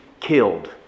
killed